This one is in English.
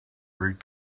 rate